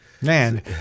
man